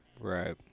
Right